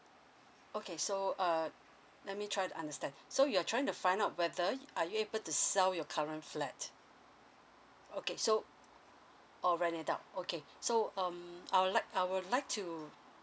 okay so err let me try to understand so you're trying to find out whether are you able to sell your current flat okay so oh rent it out okay so um I would like I would like to